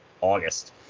August